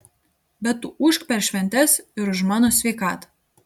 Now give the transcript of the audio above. bet tu ūžk per šventes ir už mano sveikatą